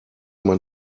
man